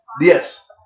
Yes